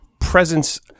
Presence